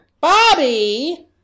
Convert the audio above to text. Bobby